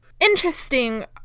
Interesting